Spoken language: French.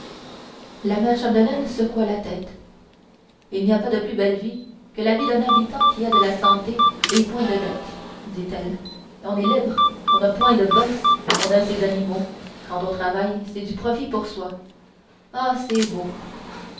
la mère chapdelaine secoua la tête il n'y a pas de plus belle vie que la vie d'un habitant qui a de la santé et point de dettes dit-elle on est libre on n'a point de boss on a ses animaux quand on travaille c'est du profit pour soi ah c'est beau